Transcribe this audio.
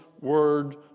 word